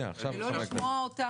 זה לא נכון אבל.